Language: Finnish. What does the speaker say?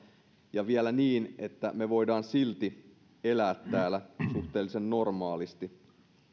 ja vielä niin että me voimme silti elää täällä suhteellisen normaalisti